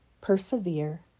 Persevere